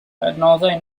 adnoddau